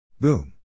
Boom